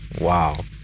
Wow